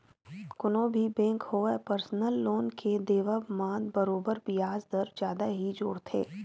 कोनो भी बेंक होवय परसनल लोन के देवब म बरोबर बियाज दर जादा ही जोड़थे